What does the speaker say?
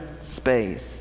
space